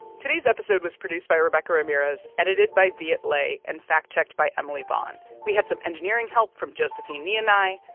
today's episode was produced by rebecca ramirez, edited by viet le and fact-checked by emily vaughn. we had some engineering help from josephine nyounai.